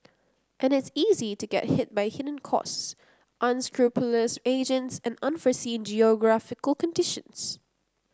and it's easy to get hit by hidden costs unscrupulous agents and unforeseen geographical conditions